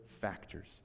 factors